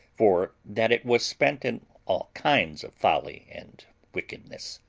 for that it was spent in all kinds of folly and wickedness.